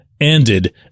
ended